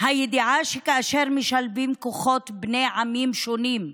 הידיעה שכאשר משלבים כוחות בני עמים שונים,